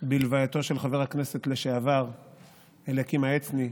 בהלווייתו של חבר הכנסת לשעבר אליקים העצני,